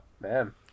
Man